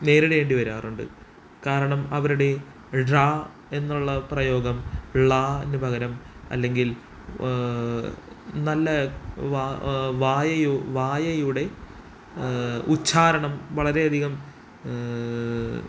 നേരിടേണ്ടി വരാറുണ്ട് കാരണം അവരുടെ ഴ എന്നുള്ള പ്രയോഗം ള നു പകരം അല്ലെങ്കിൽ നല്ല വ വായയോ വായയുടെ ഉച്ഛാരണം വളരെയധികം